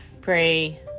pray